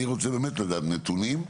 אני רוצה באמת לדעת נתונים,